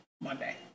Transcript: Monday